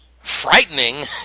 frightening